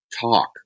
talk